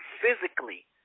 physically